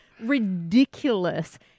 ridiculous